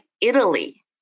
Italy